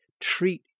Treat